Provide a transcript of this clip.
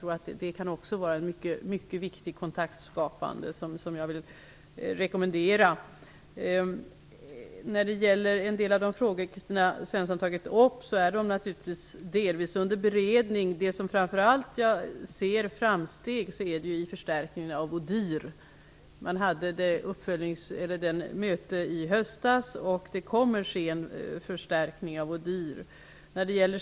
Också det kan vara ett mycket viktigt kontaktskapande, som jag vill rekommendera. En del av de frågor som Kristina Svensson har tagit upp är delvis under beredning. Den punkt där jag framför allt ser framsteg gäller förstärkningen av ODIHR. Man hade ett möte om detta i höstas, och ODIHR kommer att förstärkas.